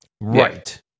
right